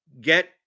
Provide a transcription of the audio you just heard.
get